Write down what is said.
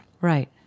Right